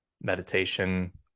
meditation